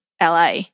LA